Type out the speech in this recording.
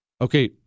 Okay